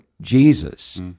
Jesus